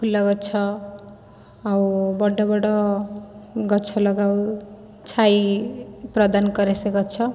ଫୁଲଗଛ ଆଉ ବଡ଼ ବଡ଼ ଗଛ ଲଗାଉ ଛାଇ ପ୍ରଦାନ କରେ ସେ ଗଛ